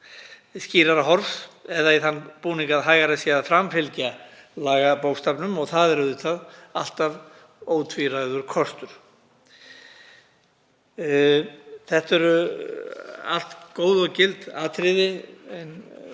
skýrara horfs eða í þann búning að hægara sé að framfylgja lagabókstafnum, og það er auðvitað alltaf ótvíræður kostur. Þetta eru allt góð og gild atriði og